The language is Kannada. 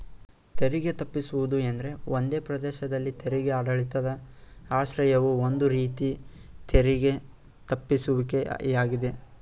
ತೆರಿಗೆ ತಪ್ಪಿಸುವುದು ಎಂದ್ರೆ ಒಂದೇ ಪ್ರದೇಶದಲ್ಲಿ ತೆರಿಗೆ ಆಡಳಿತದ ಆಶ್ರಯವು ಒಂದು ರೀತಿ ತೆರಿಗೆ ತಪ್ಪಿಸುವಿಕೆ ಯಾಗಿದೆ